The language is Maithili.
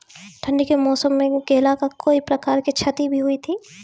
ठंडी के मौसम मे केला का कोई प्रकार के क्षति भी हुई थी?